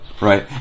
Right